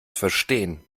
verstehen